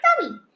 tummy